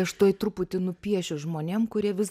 aš tuoj truputį nupiešiu žmonėm kurie vis